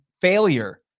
Failure